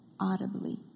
audibly